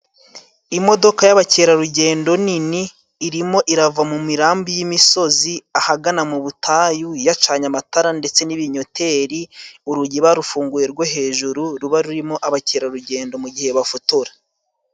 Imodoka y'abakerarugendo nini, irimo irava mu mirambi y'imisozi ahagana mu butayu, yacanye amatara ndetse n'ibinyoteri, urugi barufunguye rwo hejuru ruba rurimo abakerarugendo mu gihe bafotora.